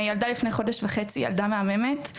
שילדה לפני חודש וחצי ילדה מהממת.